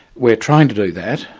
we are trying to do that.